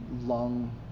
long